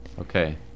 Okay